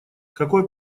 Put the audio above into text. какой